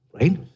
right